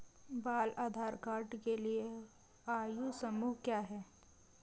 बाल आधार कार्ड के लिए आयु समूह क्या है?